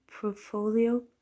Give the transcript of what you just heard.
portfolio